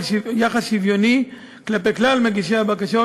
יחס שוויוני כלפי כלל מגישי הבקשות,